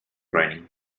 training